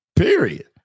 Period